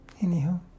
Anyhow